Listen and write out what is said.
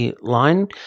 line